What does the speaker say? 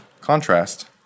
contrast